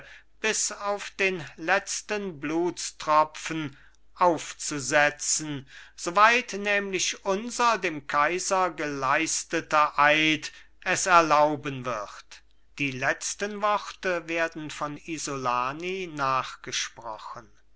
bis auf den letzten blutstropfen aufzusetzen so weit nämlich unser dem kaiser geleisteter eid erlauben wird die letzten worte werden von isolani nachgesprochen